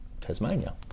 Tasmania